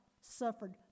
suffered